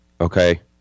Okay